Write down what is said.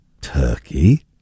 Turkey